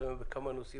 אין נמנעים,